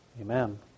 amen